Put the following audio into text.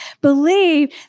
Believe